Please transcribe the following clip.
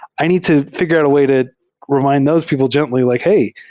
i need to figure out a way to remind those people gently like, hey,